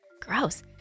Gross